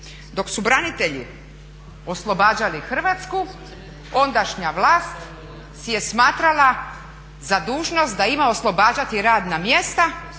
Dok su branitelji oslobađali Hrvatsku ondašnja vlast si je smatrala za dužnost da ima oslobađati radna mjesta